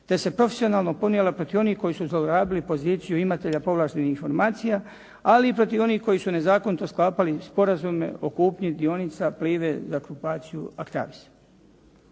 te se profesionalno ponijela protiv onih koji su zlorabili poziciju imatelja povlaštenih informacija, ali i protiv onih koji su nezakonito sklapali sporazume o kupnji dionica Plive za grupaciju Actavis.